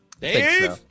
Dave